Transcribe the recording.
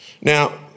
Now